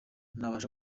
nabasha